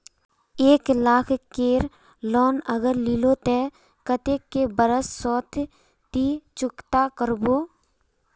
एक लाख केर लोन अगर लिलो ते कतेक कै बरश सोत ती चुकता करबो?